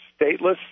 stateless